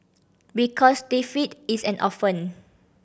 because defeat is an orphan